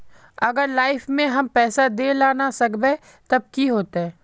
अगर लाइफ में हम पैसा दे ला ना सकबे तब की होते?